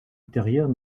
ultérieurs